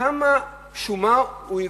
כמה שומה הוא הביא.